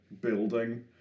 building